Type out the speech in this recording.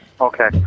Okay